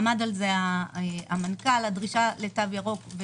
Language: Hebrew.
עמד על זה המנכ"ל הדרישה לתו ירוק,